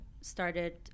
started